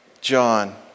John